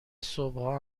صبحها